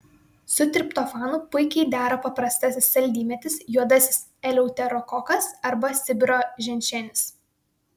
su triptofanu puikiai dera paprastasis saldymedis juodasis eleuterokokas arba sibiro ženšenis